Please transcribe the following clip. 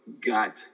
got